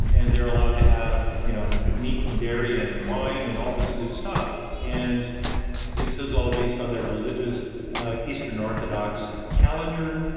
and they're allowed to have you know meat and dairy and wine and all this good stuff. and this is all based on their religious eastern orthodox calendar,